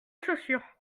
chaussures